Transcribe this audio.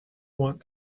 want